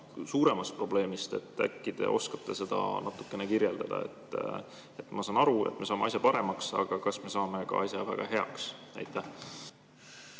suuremast probleemist? Äkki te oskate seda natukene kirjeldada. Ma saan aru, et me saame asja paremaks, aga kas me saame asja ka väga heaks? Aitäh!